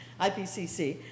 IPCC